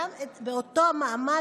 באותו מעמד,